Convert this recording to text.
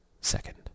second